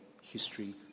history